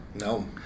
No